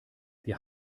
wir